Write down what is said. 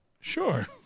Sure